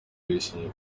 yishimiye